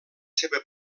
seva